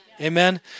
amen